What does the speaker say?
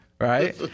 right